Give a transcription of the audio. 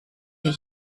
hier